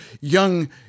young